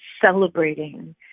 celebrating